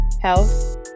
health